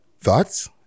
thoughts